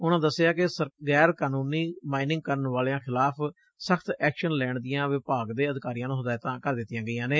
ਉਨਾਂ ਦੱਸਿਆ ਕਿ ਗੈਰ ਕਾਨੰਨੀ ਮਾਈਨਿੰਗ ਕਰਨ ਵਾਲਿਆਂ ਖਿਲਾਫ ਸਖਤ ਐਕਸ਼ਨ ਲੈਣ ਦੀਆਂ ਵਿਭਾਗ ਦੇ ਅਧਿਕਾਰੀਆਂ ਨੰ ਹਦਾਇਤਾਂ ਕਰ ਦਿੱਤੀਆਂ ਗਈਆਂ ਨੇ